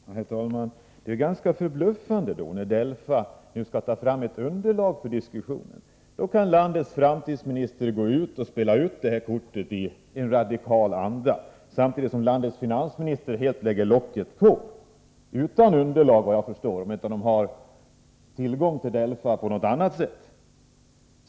Herr talman! Det är ganska förbluffande: När DELFA nu skall ta fram ett underlag för diskussion, då kan landets framtidsminister spela ut det kortet i radikal anda, samtidigt som landets finansminister helt lägger locket på — såvitt jag förstår helt utan underlag, om han inte har tillgång till DELFA-material som inte jag känner till.